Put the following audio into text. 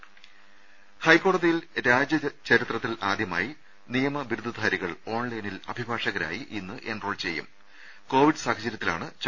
ദരര ഹൈക്കോടതിയിൽ രാജ്യ ചരിത്രത്തിൽ ആദ്യമായി നിയമ ബിരുദധാരികൾ ഓൺലൈനിൽ അഭിഭാഷകരായി ഇന്ന് എൻറോൾ കോവിഡ് സാഹചര്യത്തിലാണ് ചെയ്യും